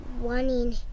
Running